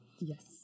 Yes